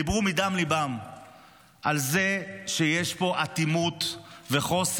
דיברו מדם ליבם על זה שיש פה אטימות וחוסר